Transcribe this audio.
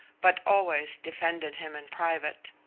but always defended him in private,